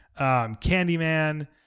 Candyman